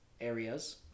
areas